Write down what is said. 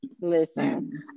Listen